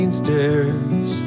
stairs